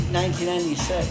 1996